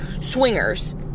swingers